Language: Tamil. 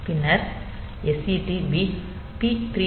பின்னர் SETB P 3